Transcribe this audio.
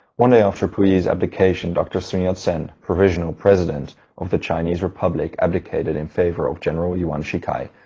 one day after puyi's abdication, dr. sun yat-sen, provisional president of the chinese republic, abdicated in favour of general yuan shikai,